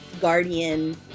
guardian